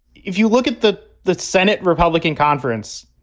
if you look at the the senate republican conference,